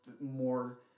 more